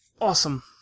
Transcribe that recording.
Awesome